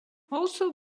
also